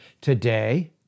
Today